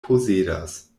posedas